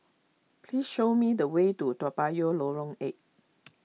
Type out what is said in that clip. please show me the way to Toa Payoh Lorong eight